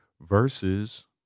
versus